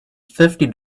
fifty